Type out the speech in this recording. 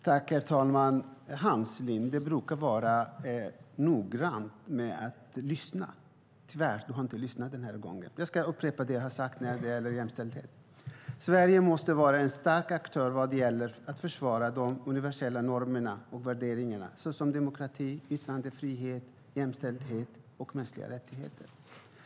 Herr talman! Hans Linde brukar vara noggrann med att lyssna. Tyvärr har han inte lyssnat den här gången. Jag ska upprepa det jag sade om jämställdhet: Sverige måste vara en stark aktör vad gäller att försvara de universella normerna och värderingarna såsom demokrati, yttrandefrihet, jämställdhet och mänskliga rättigheter.